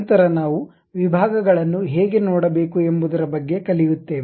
ನಂತರ ನಾವು ವಿಭಾಗಗಳನ್ನು ಹೇಗೆ ನೋಡಬೇಕು ಎಂಬುದರ ಬಗ್ಗೆ ಕಲಿಯುತ್ತೇವೆ